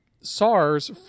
SARS